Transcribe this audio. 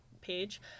page